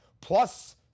Plus